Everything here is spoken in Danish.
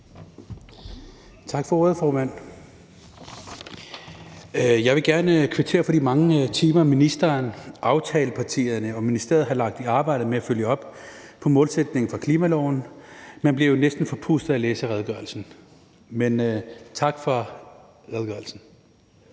Tak for ordet, formand. Jeg vil gerne kvittere for de mange timer, som ministeren, aftalepartierne og ministeriet har lagt i arbejdet med at følge op på målsætningen for klimaloven. Man bliver jo næsten forpustet af at læse redegørelsen – men tak for redegørelsen.